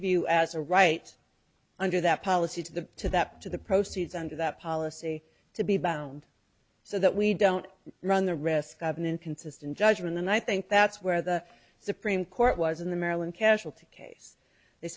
view as a right under that policy to the to that to the proceeds under that policy to be bound so that we don't run the risk of an inconsistent judgment and i think that's where the supreme court was in the maryland casualty case they